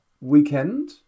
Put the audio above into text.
weekend